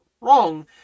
wrong